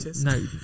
No